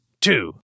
two